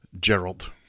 Gerald